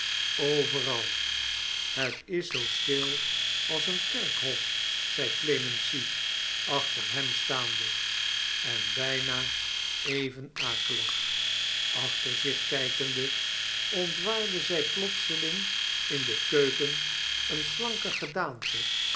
overal bet is zoo stil als een kerkhof zed clemency achteir hem staande ea bijna even ake ig achter zich kijlseode ontwaarde zij plotsjeling in de kauken eene slanke gedaanite